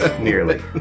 nearly